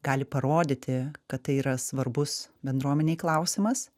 gali parodyti kad tai yra svarbus bendruomenei klausimas